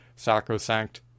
Sacrosanct